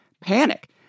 panic